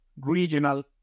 regional